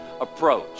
approach